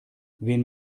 wen